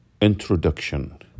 Introduction